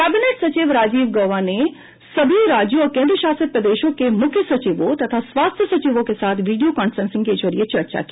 cabinet सचिव राजीव गौवा ने सभी राज्यों और केंद्रशासित प्रदेशों के मुख्य सचिवों तथा स्वास्थ्य सचिवों के साथ वीडियों कांफ्रेंसिंग के जरिये चर्चा की